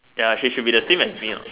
ya she should be the same as me uh